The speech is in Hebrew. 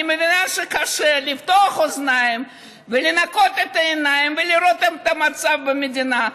אני מבינה שקשה לפתוח אוזניים ולנקות את העיניים ולראות אם המצב במדינה,